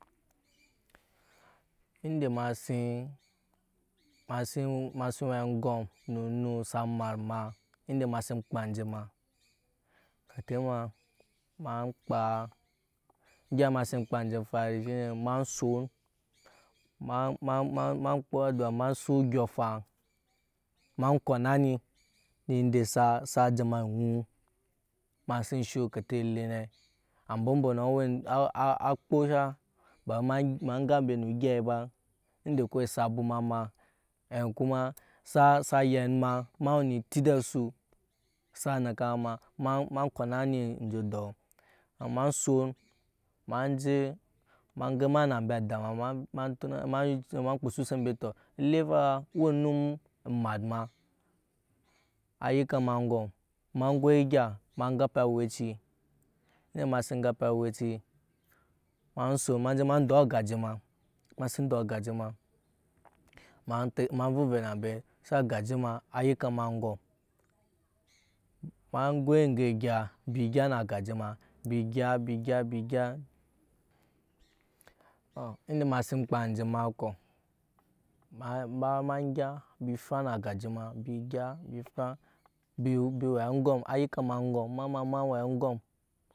Tunde ema si we aŋgɔm nu onum sa maat ma nu ende ema si kpaa enje ma kete ma kpaa egya ema sin ne efari shine ema son kpiwu abɔk ma suŋ odyɔn afaŋ ma kona ni ende sa jama eŋu ma sn show kete ele ne ambɔ mbɔnɔ a kpo sha bawe ma gan embe ne egei ba ende kowe sa bwoma ne kuma sa yen ma we ni eti eda su sa neke ma ema kona ni nu ko dɔɔ ema soon ma je ma gema a ambe ada ma ema ekpasu se mbe toh ele fa owe num ayika aŋgom ema zoi egya ema gape aweci ende masi gape awɛci ma sun ma je dɔɔ agaje ma masi dɔɔ agaje ma ovuve na se agaje ma ayika ma aŋgom ma sun maje goi egya mbi gya na agaje mbi gya mbi gya mbi gya ende ema si kpaa enje maa ekɔ ma gya embi efwa na agaje ma a yike ma aŋgom ema ma ema kin we aŋgɔm.